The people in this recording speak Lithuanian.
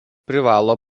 privalo